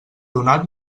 donat